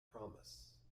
promise